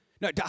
No